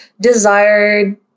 desired